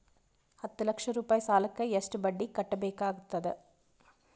ಹತ್ತ ಲಕ್ಷ ರೂಪಾಯಿ ಸಾಲಕ್ಕ ಎಷ್ಟ ಬಡ್ಡಿ ಕಟ್ಟಬೇಕಾಗತದ?